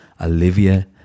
Olivia